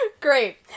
Great